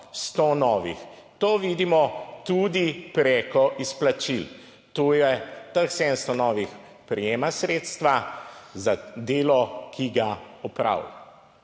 sto novih, to vidimo tudi preko izplačil. To je teh 700 novih prejema sredstva za delo, ki ga opravi.